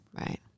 Right